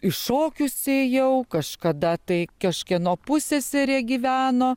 į šokius ėjau kažkada tai kažkieno pusseserė gyveno